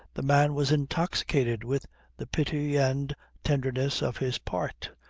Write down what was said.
the man was intoxicated with the pity and tenderness of his part.